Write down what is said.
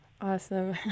Awesome